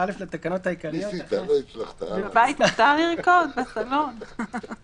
למושב,";" מותר גם לעמוד אבל רק אם אני עומד ליד המושב.